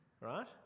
Right